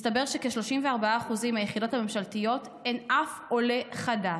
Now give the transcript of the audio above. מסתבר שב-34% מהיחידות הממשלתיות אין אף עולה חדש,